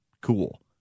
cool